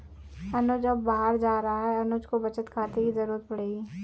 अनुज अब बाहर जा रहा है अनुज को बचत खाते की जरूरत पड़ेगी